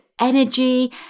energy